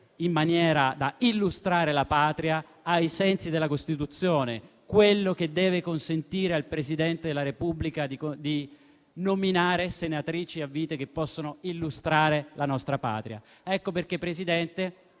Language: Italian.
in maniera da illustrare la Patria ai sensi della Costituzione, il criterio che deve consentire al Presidente della Repubblica di nominare senatrici a vita che possono illustrare la nostra Patria. Ecco perché, signor